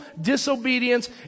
disobedience